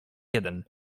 jeden